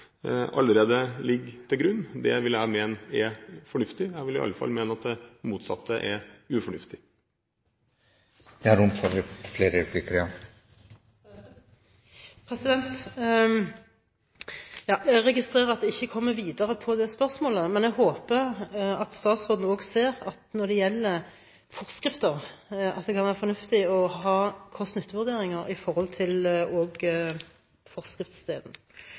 allerede ligger til grunn. Det vil jeg mene er fornuftig – jeg vil iallfall mene at det motsatte er ufornuftig. Jeg registrerer at jeg ikke kommer videre på det spørsmålet, men jeg håper at statsråden også ser at det kan være fornuftig å ha kost–nytte-vurderinger knyttet til forskriftsdelen. Mitt spørsmål går på dette med skred. Statsråden var i